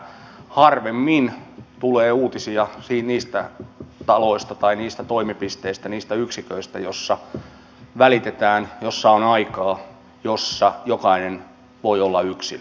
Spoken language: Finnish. harvemmin tulee uutisia niistä taloista tai niistä toimipisteitä niistä yksiköistä joissa välitetään joissa on aikaa joissa jokainen voi olla yksilö